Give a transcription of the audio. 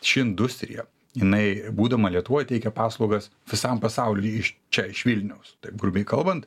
ši industrija jinai būdama lietuvoj teikia paslaugas visam pasauliui iš čia iš vilniaus grubiai kalbant